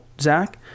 Zach